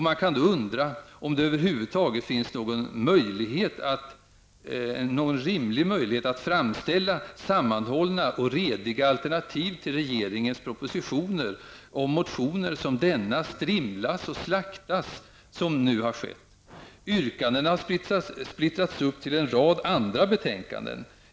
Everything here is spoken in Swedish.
Man kan undra om det över huvud taget finns någon rimlig möjlighet att framställa sammanhållna och rediga alternativ till regeringens propositioner, om motioner som denna strimlas och slaktas som nu har skett. Yrkandena har splittrats upp till en rad andra betänkanden.